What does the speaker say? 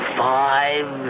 five